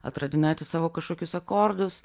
atradinėti savo kažkokius akordus